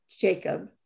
Jacob